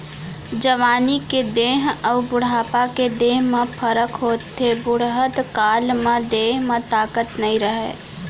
जवानी के देंह अउ बुढ़ापा के देंह म फरक होथे, बुड़हत काल म देंह म ताकत नइ रहय